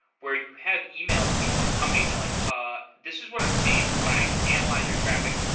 where you have emailed people at the company, you've been like, ah this is what i'm seeing when i analyze your traffic.